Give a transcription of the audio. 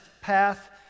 path